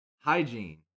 hygiene